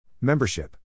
Membership